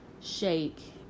shake